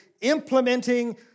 implementing